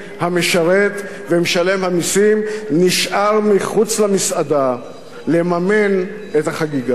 המשרת ומשלם המסים נשאר מחוץ למסעדה לממן את החגיגה.